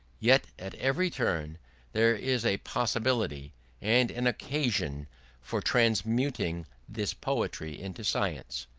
yet at every turn there is a possibility and an occasion for transmuting this poetry into science,